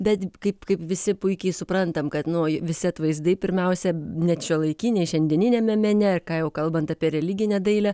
bet kaip kaip visi puikiai suprantam kad nu visi atvaizdai pirmiausia net šiuolaikiniai šiandieniniame mene ir ką jau kalbant apie religinę dailę